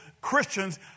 Christians